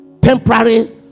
temporary